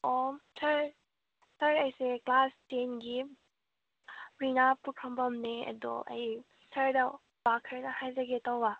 ꯑꯣ sir sir ꯑꯩꯁꯦ class ꯇꯦꯟꯒꯤ ꯔꯤꯅꯥ ꯄꯨꯈ꯭ꯔꯝꯕꯝꯅꯦ ꯑꯗꯣ ꯑꯩ ꯁꯔꯗ ꯋꯥ ꯈꯔꯗ ꯍꯥꯏꯖꯒꯦ ꯇꯧꯕ